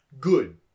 good